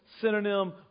synonym